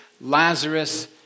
Lazarus